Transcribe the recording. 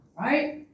Right